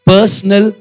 Personal